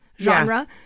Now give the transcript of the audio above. genre